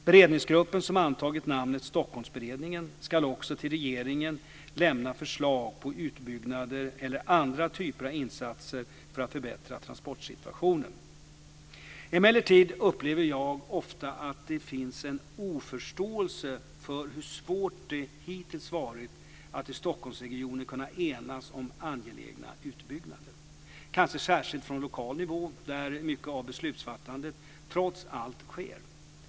Beredningsgruppen, som antagit namnet Stockholmsberedningen, ska också till regeringen lämna förslag på utbyggnader eller andra typer av insatser för att förbättra transportsituationen. Emellertid upplever jag ofta att finns en oförståelse för hur svårt det hittills varit att i Stockholmsregionen kunna enas om angelägna utbyggnader. Kanske särskilt från lokal nivå där mycket av beslutsfattandet trots allt sker.